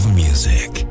music